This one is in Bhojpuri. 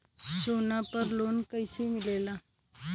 सोना पर लो न कइसे मिलेला?